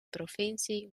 provincie